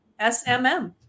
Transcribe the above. SMM